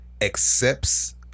accepts